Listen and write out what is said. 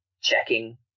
checking